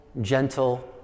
gentle